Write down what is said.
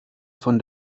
von